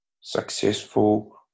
successful